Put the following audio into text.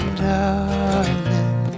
darling